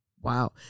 Wow